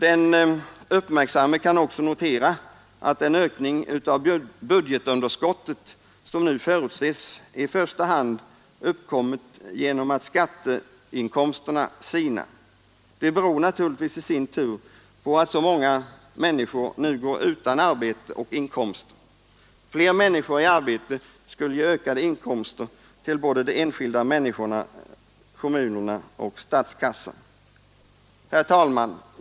Den uppmärksamme kan också notera att den ökning av budgetunderskottet som förutses i första hand uppkommer genom att skatteinkomsterna sinar. Det beror naturligtvis i sin tur på att så många människor nu går utan arbete och inkomst. Fler människor i arbete skulle ge ökade de enskilda människorna, kommunerna och Herr talman!